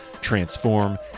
transform